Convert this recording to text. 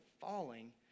falling